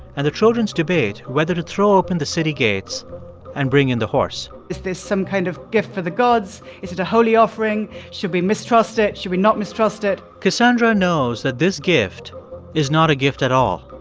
and the trojans debate whether to throw open the city gates and bring in the horse is this some kind of gift for the gods? is it a holy offering? should we mistrust it? should we not mistrust it? cassandra knows that this gift is not a gift at all.